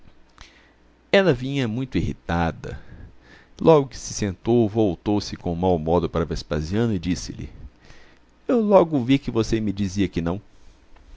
ela vinha muito irritada logo que se sentou voltou-se com mau modo para vespasiano e disse-lhe eu logo vi que você me dizia que não